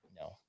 no